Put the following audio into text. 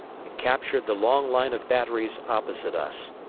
and captured the long line of batteries opposite us,